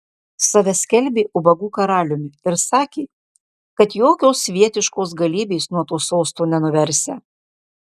save skelbė ubagų karaliumi ir sakė kad jokios svietiškos galybės nuo to sosto nenuversią